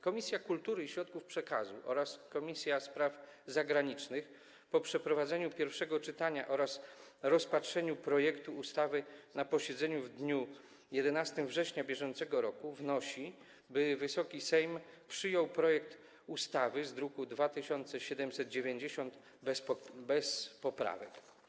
Komisja Kultury i Środków Przekazu oraz Komisja Spraw Zagranicznych po przeprowadzeniu pierwszego czytania oraz rozpatrzeniu projektu ustawy na posiedzeniu w dniu 11 września br. wnosi, by Wysoki Sejm przyjął projekt ustawy z druku nr 2790 bez poprawek.